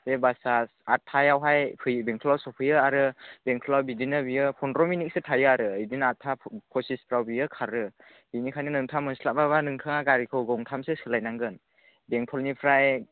बे बासआ आदथायावहाय बेंटलाव सफैयो आरो बेंटलाव बिदिनो बियो फन्द्र' मिनिटसो थायो आरो बिदिनो आदथा फसिसफ्राव बेयो खारो बेनिखायनो नोंथाङा मोनस्लाबाबा नोंथाङा गारिखौ गंथामसो सोलाय नांगोन बेंटलनिफ्राय